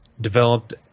developed